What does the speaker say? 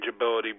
manageability